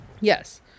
Yes